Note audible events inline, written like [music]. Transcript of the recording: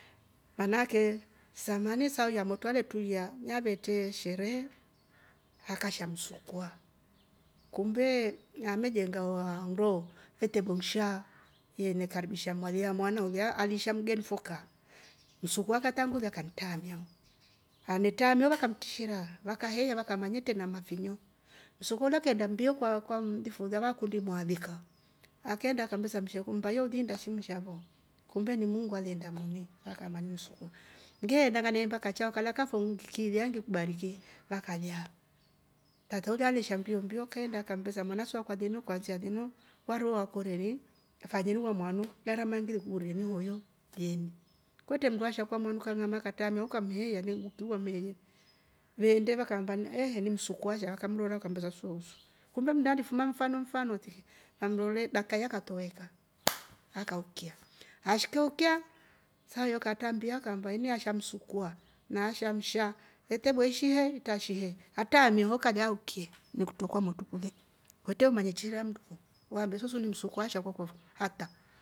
Maana ake samani sahoyo amotru aletuiya na vetree sherehe akasha msukwa, kumbee amejenga nndo he tebo nsha ye ne karibisha mwali a mwana ulya alisha mgeni fo kaa msukwa akatangulia akanetraamia ho [noise] waka mtishira vaheya vakaamba netre na mafinyo msukwa ulya keenda mbio kwa kwaa mlifu ulya ekundi mwaalika akeenda akambia msheku mmbayo uliinda si nsha fo kumbe ni muungu aleenda mini vakaamba ni msukwa ngeenda ngane hemba kacho kalaya nnkilya ngikubariki vakalyaa tata ulya alesha mbio mbio keenda mwanakwa kwansia linu wari wo wakoorieni fanyeni wa mwanu [noise] garama ngekuurieni hoyo lyeni kwetre mmndu asha kwamonu kang'ama katraa miaa ni kutri wamheeiya veende vaka hamba he ni msukwa asha wakamrora nsoosu kumbe mlya alifuma mfano mfano tiki vamrore dakika ilya akatoweka [noise] akaukya ashike ukya saa yo katrambia kaamba ini asha msukwa na asha msha etebo ishie itrashie atraamie ho kalyaa aukiye ni kutro kwamotru kuli kwtre umanye chira ya mmndu fo umambe sosu ni msukwa asha kwakwa fo hata